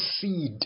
seed